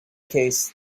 case